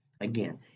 Again